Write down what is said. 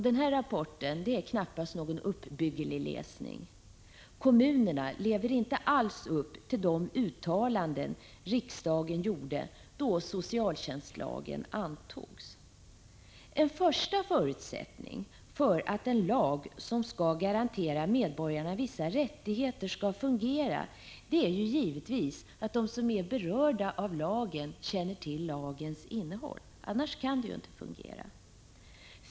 Den här rapporten är knappast en uppbygglig läsning. Kommunerna lever inte alls upp till de uttalanden riksdagen gjorde då socialtjänstlagen antogs. En första förutsättning för att en lag som skall garantera medborgarna vissa rättigheter skall fungera är givetvis att de som är berörda av lagen känner till dess innehåll. Annars kan det inte fungera.